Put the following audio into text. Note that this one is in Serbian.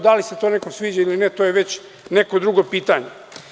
Da li se to nekome sviđa ili ne, to je već neko drugo pitanje.